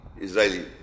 Israeli